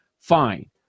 fine